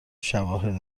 شواهد